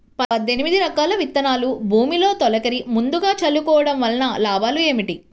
పద్దెనిమిది రకాల విత్తనాలు భూమిలో తొలకరి ముందుగా చల్లుకోవటం వలన లాభాలు ఏమిటి?